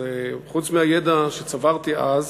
אז חוץ מהידע שצברתי אז,